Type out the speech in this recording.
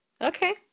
okay